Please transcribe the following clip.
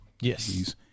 Yes